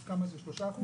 3%?